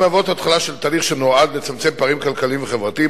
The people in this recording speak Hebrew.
המהוות התחלה של תהליך שנועד לצמצם פערים כלכליים וחברתיים,